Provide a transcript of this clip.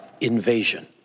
invasion